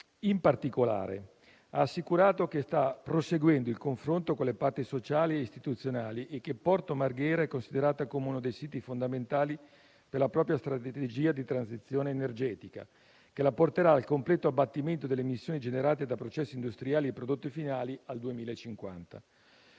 In particolare, ha assicurato che sta proseguendo il confronto con le parti sociali e istituzionali e che Porto Marghera è considerato uno dei siti fondamentali della propria strategia di transizione energetica che la porterà al completo abbattimento delle emissioni generate da processi industriali e prodotti finali al 2050.